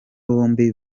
bombi